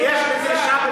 יש לו הערה.